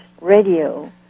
radio